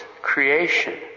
creation